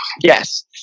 Yes